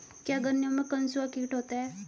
क्या गन्नों में कंसुआ कीट होता है?